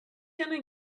gonna